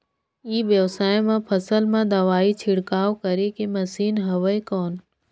ई व्यवसाय म फसल मा दवाई छिड़काव करे के मशीन हवय कौन?